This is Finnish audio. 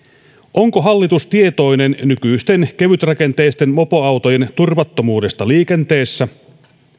onko hallitus tietoinen nykyisten kevytrakenteisten mopoautojen turvattomuudesta liikenteessä